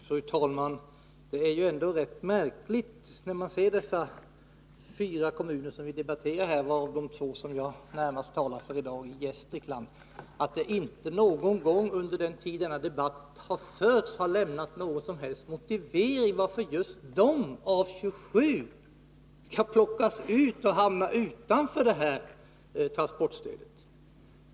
Fru talman! När det gäller de fyra kommuner som vi nu debatterar är det ändå märkligt att det inte någon gång under debatten har lämnats någon som helst motivering till varför just de två kommuner i Gästrikland, som jag närmast talar för, av de 27 som tillhör stödområde 3 skall plockas ut och hamna utanför transportstödet.